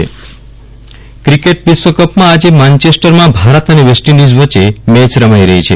Viral Rana cricket cricket વિશ્વમાં આજે માન્ચેસ્ટરમાં ભાર અને વેસ્ટઈન્ડિઝ વચે મેચ રમાઈ રહી છે